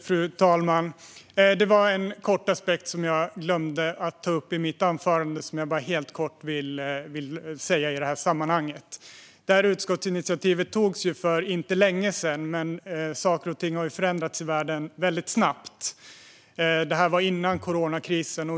Fru talman! Jag glömde ta upp en kort aspekt i mitt anförande. Utskottsinitiativet togs för inte så länge sedan, men saker och ting har förändrats väldigt snabbt i världen. Detta skedde före coronakrisen.